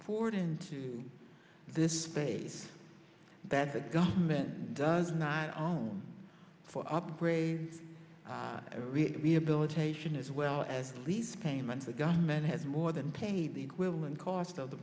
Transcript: poured into this space that the government does not own for upgrade rehabilitation as well as lease payments the government has more than paid the equivalent cost of the